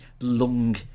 long